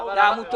אני לא יודע את